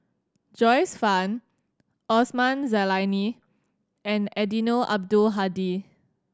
Joyce Fan Osman Zailani and Eddino Abdul Hadi